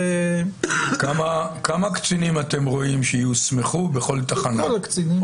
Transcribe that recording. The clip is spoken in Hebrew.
--- כמה קצינים אתם רואים שיוסמכו בכל תחנה,